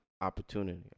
opportunity